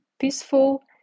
peaceful